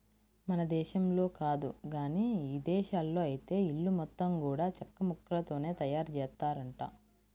మన దేశంలో కాదు గానీ ఇదేశాల్లో ఐతే ఇల్లు మొత్తం గూడా చెక్కముక్కలతోనే తయారుజేత్తారంట